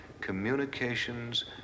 Communications